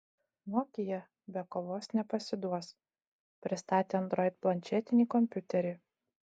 nokia be kovos nepasiduos pristatė android planšetinį kompiuterį